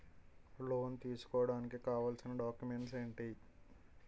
Loan తీసుకోడానికి కావాల్సిన documents ఎంటి?